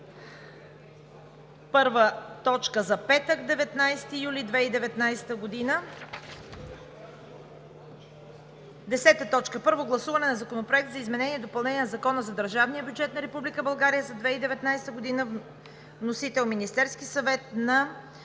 първа за петък, 19 юли 2019 г. 10. Първо гласуване на Законопроекта за изменение и допълнение на Закона за държавния бюджет на Република България за 2019 г. Вносител е Министерският съвет на